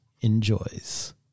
enjoys